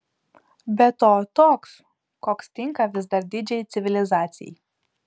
be to toks koks tinka vis dar didžiai civilizacijai